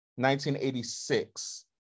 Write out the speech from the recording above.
1986